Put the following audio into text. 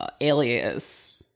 alias